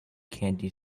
candy